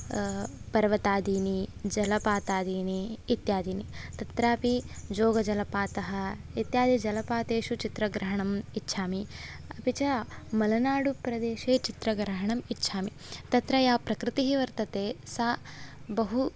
पर्वतादीनि जलपातादीनि इत्यादीनि तत्रापि योगजलपातः इत्यादिजलपातेषु चित्रग्रहणम् इच्छामि अपि च मलनाडुप्रदेशे चित्रग्रहणम् इच्छामि तत्र या प्रकृतिः वर्तते सा बहु